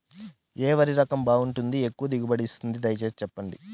ఏ వరి రకం బాగుంటుంది, ఎక్కువగా దిగుబడి ఇస్తుంది దయసేసి చెప్పండి?